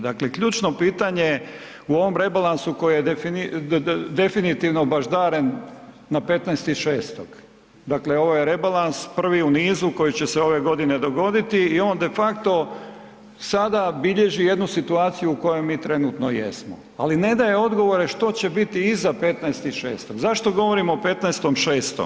Dakle, ključno pitanje u ovom rebalansu koji je definitivno baždaren na 15. 6., dakle ovo je rebalans prvi u nizu koji će se ove godine dogoditi i on de facto sada bilježi jednu situaciju u kojoj mi trenutno jesmo ali ne daje odgovore što će biti iza 15. 6. Zašto govorimo o 15. 6.